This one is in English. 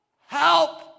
Help